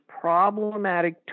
problematic